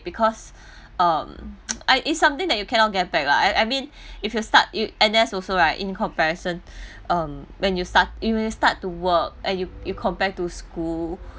because um I is something that you cannot get back lah I I mean if you start you N_S also right in comparison um when you start when you start to work and and you compare to school